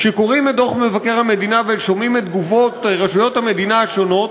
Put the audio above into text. כשקוראים את דוח מבקר המדינה ושומעים את תגובות רשויות המדינה השונות,